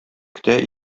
көтә